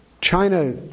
China